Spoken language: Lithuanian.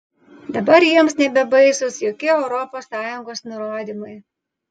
dabar jiems nebebaisūs jokie europos sąjungos nurodymai